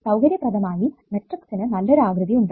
സൌകര്യപ്രദമായി മെട്രിക്സിന് നല്ലൊരു ആകൃതി ഉണ്ട്